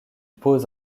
pose